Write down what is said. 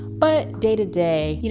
but day to day, yeah